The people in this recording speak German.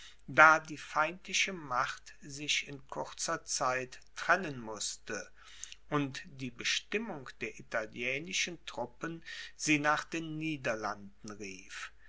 da die feindliche macht sich in kurzer zeit trennen mußte und die bestimmung der italienischen truppen sie nach den niederlanden rief